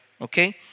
Okay